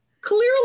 clearly